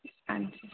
हां जी